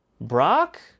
Brock